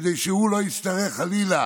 כדי שהוא לא יצטרך חלילה